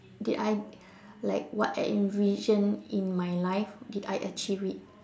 did I like what I envision in my life did I achieve it